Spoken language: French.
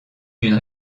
d’une